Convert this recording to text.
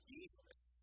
Jesus